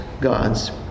gods